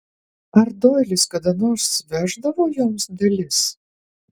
ar doilis kada nors veždavo joms dalis